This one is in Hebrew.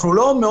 אנחנו לא שונים